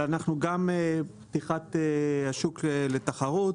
אבל אנחנו גם בפתיחת השוק לתחרות,